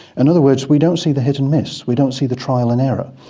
and other words, we don't see the hit and miss, we don't see the trial and error.